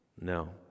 No